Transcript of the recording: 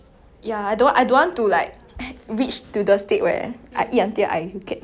okay I think it's not really I don't want to gain weight it's more like I don't want to have negative